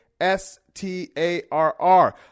s-t-a-r-r